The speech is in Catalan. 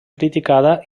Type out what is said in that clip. criticada